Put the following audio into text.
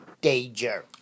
danger